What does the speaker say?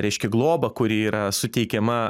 reiškia globą kuri yra suteikiama